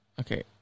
Okay